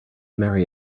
marry